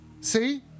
see